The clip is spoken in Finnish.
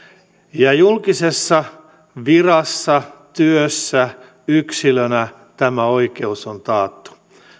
ja julkisessa virassa työssä yksilönä tämä oikeus on taattu